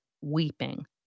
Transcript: weeping